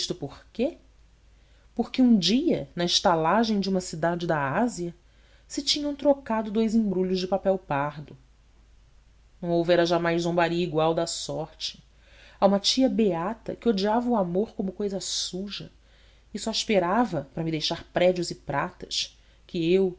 por quê porque um dia na estalagem de uma cidade da ásia se tinham trocado dous embrulhos de papel pardo não houvera jamais zombaria igual da sorte a uma tia beata que odiava o amor como cousa suja e só esperava para me deixar prédios e pratas que eu